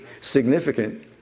significant